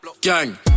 Gang